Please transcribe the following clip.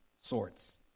sorts